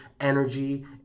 energy